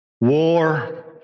war